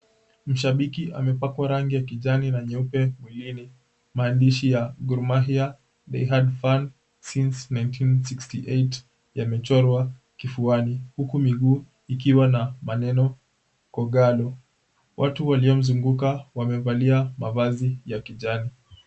Mshabiki amepakwa rangi ya kijani na nyeupe mwilini. Maandishi ya, GOR MAHIA DIE HARD FAN SINCE 1968 yamechorwa kifuani huku miguu ikiwa na maneno, KOGALO. Watu waliomzunguka wamevalia mavazi ya kijani.